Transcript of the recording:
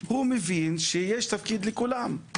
מבין שיש תפקיד לכולם.